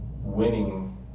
winning